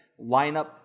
Lineup